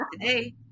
today